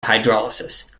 hydrolysis